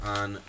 on